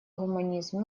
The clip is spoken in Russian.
гуманизм